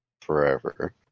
Forever